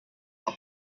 elle